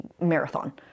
marathon